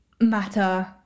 matter